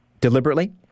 Deliberately